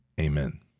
Amen